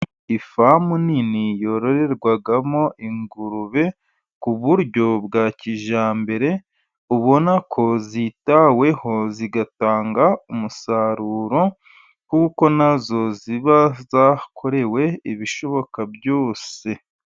Ifamu nini yororerwamo ingurube ku buryo bwa kijyambere, ubona ko zitaweho, zigatanga umusaruro, kuko na zo ziba zakorewe ibishoboka byose.